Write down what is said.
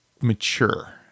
mature